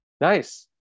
nice